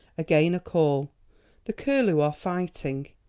again a call the curlew are flighting.